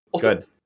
Good